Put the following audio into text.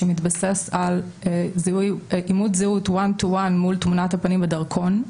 שמתבסס על אימות זהות one to one מול תמונת הפנים בדרכון,